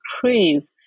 crave